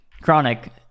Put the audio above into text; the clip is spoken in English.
Chronic